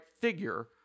figure